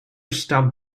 stop